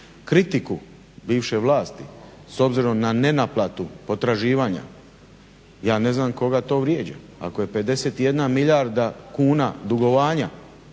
Kritiku bivše vlasti, s obzirom na nenaplatu potraživanja, ja ne znam koga to vrijeđa. Ako je 51 milijarda kuna dugovanja